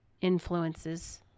influences